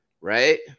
Right